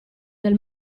del